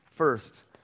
First